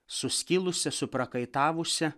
suskilusią suprakaitavusią